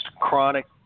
chronic